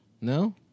No